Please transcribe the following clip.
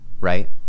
right